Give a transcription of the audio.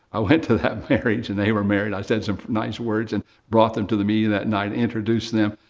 i went to that marriage and they were married. i said some nice words and brought them to the meeting that night and introduced them.